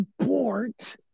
support